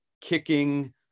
kicking